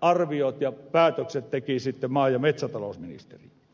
arviot ja päätökset teki sitten maa ja metsätalousministeriö